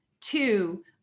Two